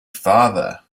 farther